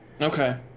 Okay